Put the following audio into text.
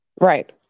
Right